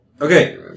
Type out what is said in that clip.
Okay